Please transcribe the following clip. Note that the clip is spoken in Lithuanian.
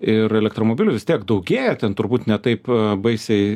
ir elektromobilių vis tiek daugėja ten turbūt ne taip baisiai